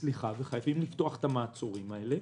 וחייבים לפתוח את המעצורים האלה.